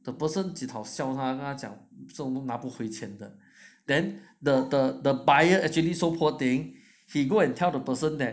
the person 几好笑他他讲这种拿不回钱的 then the the buyer actually so poor thing he go and tell the person that